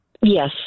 yes